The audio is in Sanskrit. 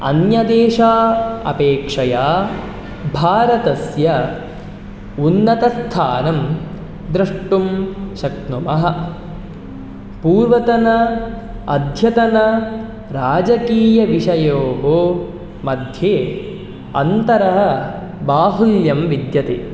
अन्यदेशा अपेक्षया भारतस्य उन्नतस्थानं द्रष्टुं शक्नुमः पूर्वतन अद्यतन राजकीयविषयोः मध्ये अन्तरः बाहुल्यं विद्यते